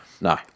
No